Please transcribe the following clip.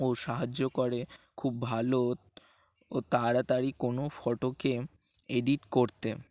ও সাহায্য করে খুব ভালো ও তাড়াতাড়ি কোনো ফটোকে এডিট করতে